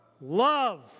Love